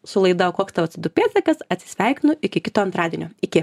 su laida koks tavo co du pėdsakas atsisveikinu iki kito antradienio iki